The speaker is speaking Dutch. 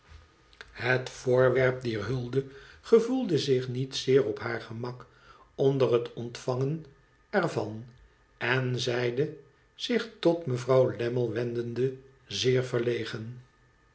het voorwerp dier hulde gevoelde zich niet zeer op haar gemak onder het ontvangen er van en zeide zich tot mevrouw lammie wendende zeer verlegen